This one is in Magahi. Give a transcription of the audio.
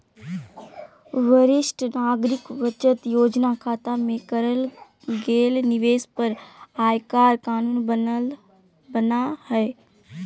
वरिष्ठ नागरिक बचत योजना खता में करल गेल निवेश पर आयकर कानून बना हइ